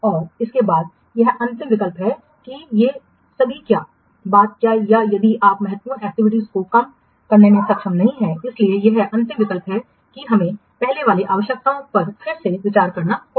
और इसके बाद यह अंतिम विकल्प है कि ये सभी क्या बात क्या या यदि आप महत्वपूर्ण एक्टिविटीयों को कम करने में सक्षम नहीं हैं इसलिए यह अंतिम विकल्प है कि हमें पहले वाली आवश्यकताओं पर फिर से विचार करना होगा